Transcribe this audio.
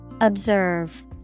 Observe